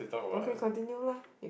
okay continue lah